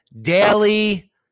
daily